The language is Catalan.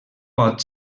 pot